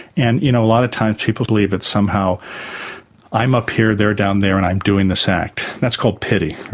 and you know a lot of times people believe that somehow i'm up here and they're down there and i'm doing this act, that's called pity,